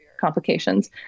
complications